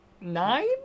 Nine